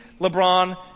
LeBron